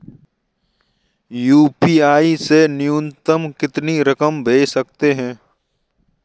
UPI से न्यूनतम कितनी रकम भेज सकते हैं?